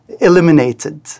eliminated